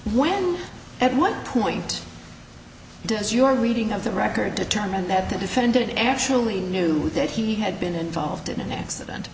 when at what point does your reading of the record determined that the defendant actually knew that he had been involved in an accident